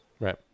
Right